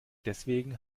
deswegen